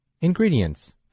Ingredients